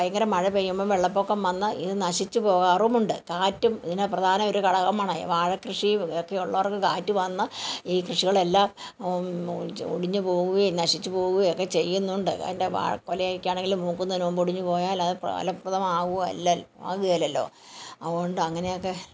ഭയങ്കര മഴ പെയ്യുമ്പോൾ വെള്ളപ്പൊക്കം വന്നാൽ ഇത് നശിച്ച് പോകാറും ഉണ്ട് കാറ്റും ഇതിന് പ്രധാന ഒരു ഘടകമാണ് ഈ വാഴ കൃഷി ഒക്കെ ഉള്ളവർക്ക് കാറ്റ് വന്നാൽ ഈ കൃഷികളെല്ലാം ഒടിഞ്ഞ് പോകുകയും നശിച്ച് പോകുകയും ഒക്കെ ചെയ്യുന്നുണ്ട് അതിൻ്റെ വാഴക്കൊലയൊക്കെ ആണെങ്കിലും മൂക്കുന്നതിന് മുൻപ് ഒടിഞ്ഞ് പോയാൽ അത് ഫലപ്രദമാകുമോ അല്ലല് ആകില്ലല്ലോ അതുകൊണ്ട് അങ്ങനെയൊക്കെ